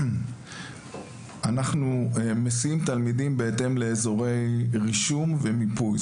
אנחנו מסיעים תלמידים בהתאם לאזורי רישום ומיפוי,